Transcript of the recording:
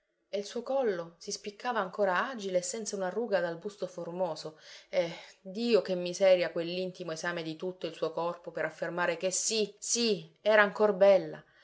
e il suo collo si spiccava ancora agile e senza una ruga dal busto formoso e dio che miseria quell'intimo esame di tutto il suo corpo per affermare che sì sì era ancor bella